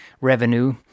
revenue